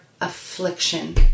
affliction